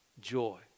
joy